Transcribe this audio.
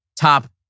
top